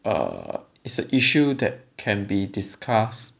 err it's an issue that can be discussed